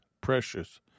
precious